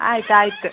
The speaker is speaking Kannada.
ಆಯಿತು ಆಯಿತು